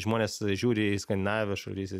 žmonės žiūri į skandinavijos šalis į